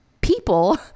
people